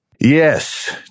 Yes